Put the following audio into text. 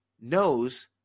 knows